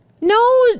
No